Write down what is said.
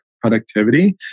productivity